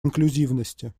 инклюзивности